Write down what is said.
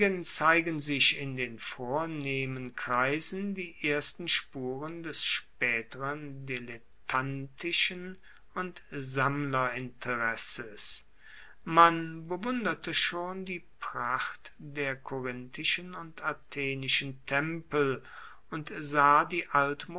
zeigen sich in den vornehmen kreisen die ersten spuren des spaeteren dilettantischen und sammlerinteresses man bewunderte schon die pracht der korinthischen und athenischen tempel und sah die